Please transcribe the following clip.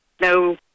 no